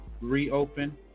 reopen